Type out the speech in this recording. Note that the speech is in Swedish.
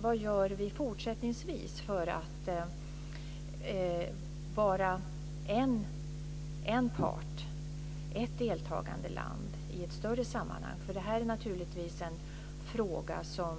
Vad gör vi fortsättningsvis som en part - ett deltagandeland - i ett större sammanhang? Det är naturligtvis en fråga som